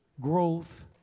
growth